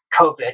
COVID